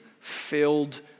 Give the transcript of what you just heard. filled